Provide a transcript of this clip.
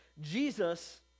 Jesus